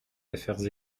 affaires